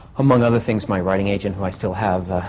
among other things my writing agent, who i still have,